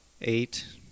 Eight